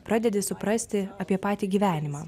pradedi suprasti apie patį gyvenimą